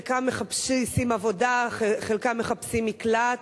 חלקם מחפשים עבודה, חלקם מחפשים מקלט,